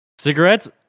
cigarettes